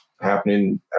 happening